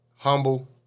humble